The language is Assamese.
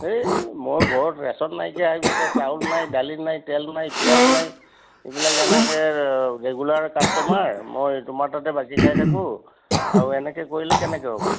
এই মই ঘৰত ৰেচন নাইকিয়া হৈ গৈছে চাউল নাই দালি নাই তেল নাই পিঁয়াজ নাই এইবিলাক এনেকৈ ৰেগুলাৰ কাষ্টমাৰ মই তোমাৰ তাতে বাকী খাই থাকোঁ আৰু এনেকৈ কৰিলে কেনেকৈ হ'ব